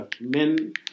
men